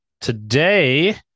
Today